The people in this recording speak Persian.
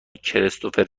کریستوفر